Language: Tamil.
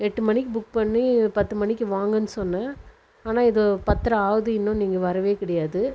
எட்டு மணிக்கு புக் பண்ணி பத்து மணிக்கு வாங்கன்னு சொன்னேன் ஆனால் இது பத்தரை ஆகுது இன்னும் நீங்கள் வரவே கிடையாது